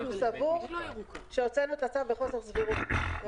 סבור שהוצאנו את הצו בחוסר סבירות.